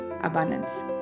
abundance